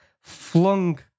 flung